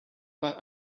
but